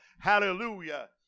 Hallelujah